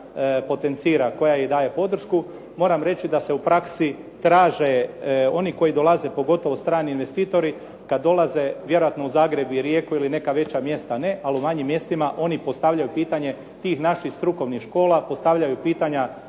potencira, koja joj daje podršku, moram reći da se u praksi traže oni koji dolaze, pogotovo strani investitori, kad dolaze vjerojatno u Zagreb i Rijeku ili neka veća mjesta ne, ali u manjim mjestima oni postavljaju pitanje tih naših strukovnih škola, postavljaju pitanja